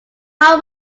how